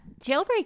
jailbreak